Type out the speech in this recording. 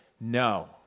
No